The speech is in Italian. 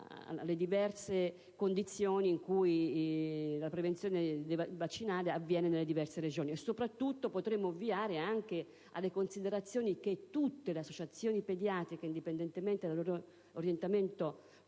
alle diverse condizioni in cui la prevenzione vaccinale avviene nelle varie Regioni e, soprattutto, potremo ovviare anche alle considerazioni che tutte le associazioni pediatriche, indipendentemente dall'orientamento politico